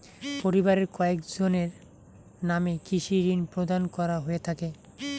পরিবারের কয়জনের নামে কৃষি ঋণ প্রদান করা হয়ে থাকে?